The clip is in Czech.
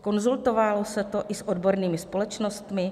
Konzultovalo se to i s odbornými společnostmi?